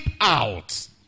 out